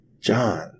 John